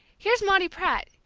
here's maudie pratt.